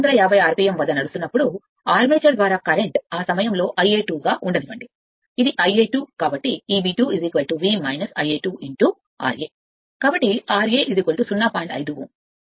750 RPM వద్ద నడుస్తున్నప్పుడు armature ద్వారా కరెంట్ ఆ సమయంలో ∅2 గా ఉండనివ్వండి అది ∅2 కాబట్టి అంటే Eb 2 V ∅2 ra